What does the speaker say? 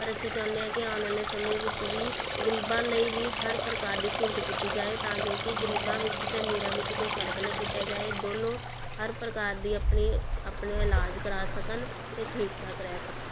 ਪਰ ਅਸੀਂ ਚਾਹੁੰਦੇ ਹਾਂ ਕਿ ਆਉਣ ਵਾਲੇ ਸਮੇਂ ਵਿੱਚ ਵੀ ਗਰੀਬਾਂ ਲਈ ਵੀ ਹਰ ਪ੍ਰਕਾਰ ਦੀ ਸਹੂਲਤ ਕੀਤੀ ਜਾਏ ਤਾਂ ਜੋ ਕਿ ਗਰੀਬਾਂ ਵਿੱਚ ਅਤੇ ਅਮੀਰਾਂ ਵਿੱਚ ਕੋਈ ਫਰਕ ਨਾ ਕੀਤਾ ਜਾਏ ਦੋਨੋਂ ਹਰ ਪ੍ਰਕਾਰ ਦੀ ਆਪਣਾ ਆਪਣਾ ਇਲਾਜ ਕਰਾ ਸਕਣ ਅਤੇ ਠੀਕ ਠਾਕ ਰਹਿ ਸਕਣ